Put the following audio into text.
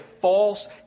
false